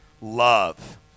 love